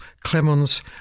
Clemens